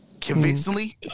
convincingly